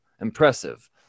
impressive